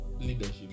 leadership